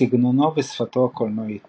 סגנונו ושפתו הקולנועית